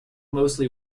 mostly